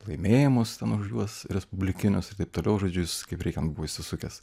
laimėjimus ten už juos respublikinius ir taip toliau žodžiu jis kaip reikia buvo įsisukęs